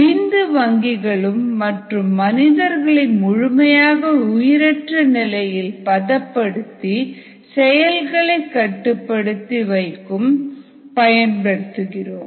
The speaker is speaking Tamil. விந்து வங்கிகளிலும் மற்றும் மனிதர்களை முழுமையாக உயிரற்ற நிலையில் பதப்படுத்தி செயல்களை கட்டுப்படுத்தி வைக்கவும் பயன்படுத்துகிறோம்